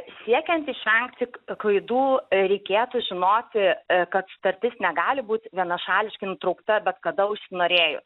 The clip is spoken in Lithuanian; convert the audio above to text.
siekiant išvengti klaidų reikėtų žinoti kad sutartis negali būti vienašališkai nutraukta bet kada užsinorėjus